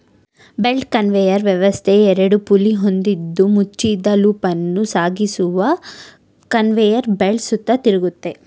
belt conveyor ವ್ಯವಸ್ಥೆ ಎರಡು pulley ಹೊಂದಿದ್ದು ಮುಚ್ಚಿದ ಲೂಪನ್ನು ಸಾಗಿಸುವ ಕನ್ವೇಯರ್ ಬೆಲ್ಟ್ ಸುತ್ತ ತಿರುಗ್ತದೆ